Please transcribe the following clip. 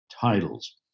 titles